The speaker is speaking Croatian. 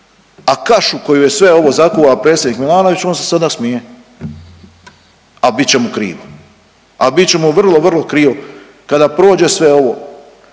A kašu koju je sve ovo zakuhao, predsjednik Milanović, on se sada smije, a bit će mu krivo, a bit će mu vrlo vrlo krivo kada prođe sve ovo.